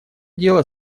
дело